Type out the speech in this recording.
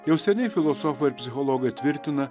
jau seniai filosofai ir psichologai tvirtina